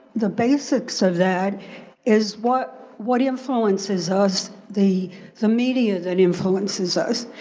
the basics of that is what what influences us. the the media that influences us.